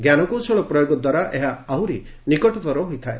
ଜ୍ଞାନକୌଶଳ ପ୍ରୟୋଗଦ୍ୱାରା ଏହା ଆହୁରି ନିକଟତର ହୋଇଥାଏ